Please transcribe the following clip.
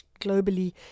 globally